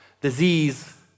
disease